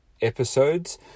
episodes